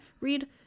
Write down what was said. Read